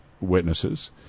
witnesses